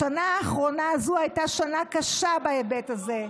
השנה האחרונה הזו הייתה שנה קשה בהיבט הזה,